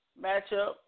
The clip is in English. Matchup